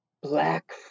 Black